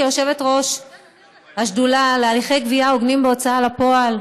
כיושבת ראש השדולה להליכי גבייה הוגנים בהוצאה לפועל,